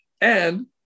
And-